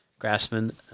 Grassman